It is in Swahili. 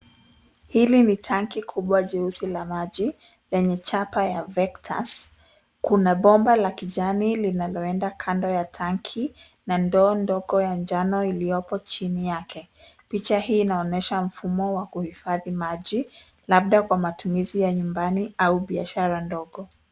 Hili ni tanki kubwa jeusi la maji, lenye chapa ya VECTUS.Kuna bomba la kijani linaloenda kando ya tanki, na ndoo ndogo ya jano iliyopo chini yake. Picha hii inaonyesha mfumo wa kuhifadhi maji, labda kwa matumizi ya nyumbani au biashara ndogo.